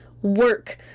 work